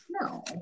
No